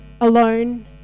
alone